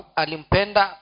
alimpenda